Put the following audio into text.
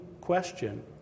question